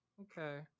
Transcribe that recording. okay